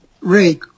Ray